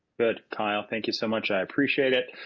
good kyle thank you so much. i appreciate it.